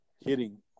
hitting –